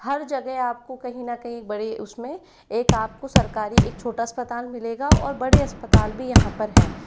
हर जगह आपको कहीं ना कहीं बड़े उसमें एक आपको सरकारी एक छोटा अस्पताल मिलेगा और बड़े अस्पताल भी यहाँ पर हैं